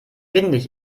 windig